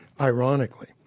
ironically